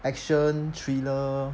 action thriller